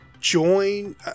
join